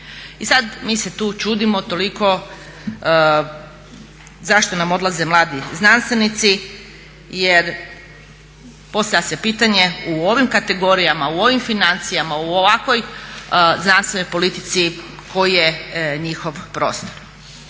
I sada mi se tu čudimo toliko zašto nam odlaze mladi znanstvenici jer postavlja se pitanje u ovim kategorijama, u ovim financijama, u ovakvoj znanstvenoj politici koji je njihov prostor.